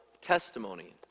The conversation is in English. testimony